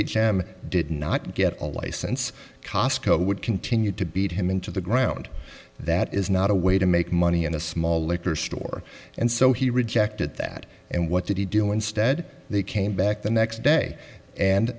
jam did not get a license cosco would continue to beat him into the ground that is not a way to make money in a small liquor store and so he rejected that and what did he do instead they came back the next day and